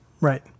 Right